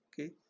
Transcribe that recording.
Okay